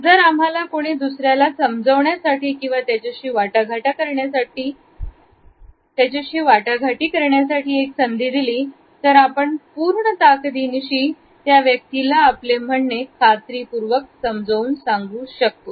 जर आम्हाला कोणी दुसऱ्याला समजण्यासाठी किंवा त्याच्याशी वाटाघाटी करण्यासाठी एक संधी दिली तर आपण पूर्ण ताकदीनिशी त्या व्यक्तीला आपले म्हणणे खात्रीपूर्वक समजून सांगू शकतो